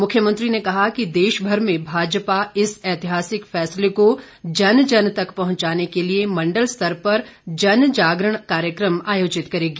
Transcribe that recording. मुख्यमंत्री ने कहा कि देशभर में भाजपा इस ऐतिहासिक फैसले को जन जन तक पहुंचाने के लिए मंडल स्तर पर जन जागरण कार्यक्रम आयोजित करेगी